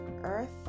earth